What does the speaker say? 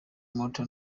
malta